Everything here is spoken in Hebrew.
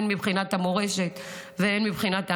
הן מבחינת המורשת והן מבחינת ההנצחה.